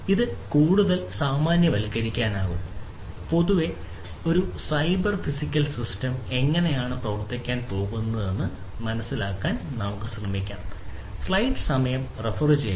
ഇത് കൂടുതൽ സാമാന്യവൽക്കരിക്കാനാകും പൊതുവേ ഒരു സൈബർ ഫിസിക്കൽ സിസ്റ്റം എങ്ങനെയാണ് പ്രവർത്തിക്കാൻ പോകുന്നത് എന്ന് മനസ്സിലാക്കാൻ നമുക്ക് ശ്രമിക്കാം